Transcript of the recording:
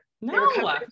No